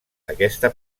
aquesta